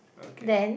okay